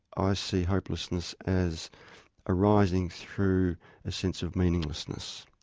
i see hopelessness as arising through a sense of meaninglessness.